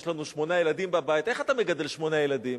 יש לנו שמונה ילדים בבית: איך אתה מגדל שמונה ילדים?